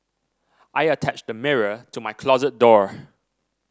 I attached a mirror to my closet door